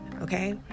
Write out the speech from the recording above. Okay